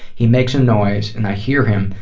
he makes a noise, and i hear him,